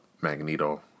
magneto